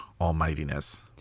almightiness